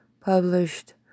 published